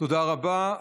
תודה רבה.